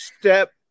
step